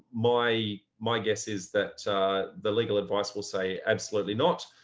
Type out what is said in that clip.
my my guess is that the legal advice will say absolutely not.